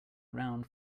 around